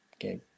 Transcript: Okay